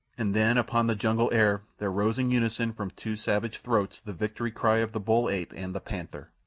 and then upon the jungle air there rose in unison from two savage throats the victory cry of the bull-ape and the panther,